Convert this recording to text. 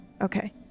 Okay